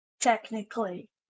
technically